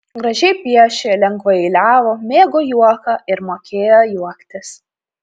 gražiai piešė lengvai eiliavo mėgo juoką ir mokėjo juoktis